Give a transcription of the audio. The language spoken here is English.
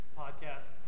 podcast